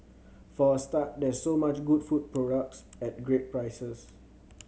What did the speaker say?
for a start there's so much good food products at great prices